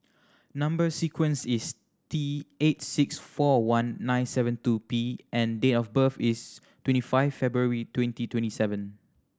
number sequence is T eight six four one nine seven two P and date of birth is twenty five February twenty twenty seven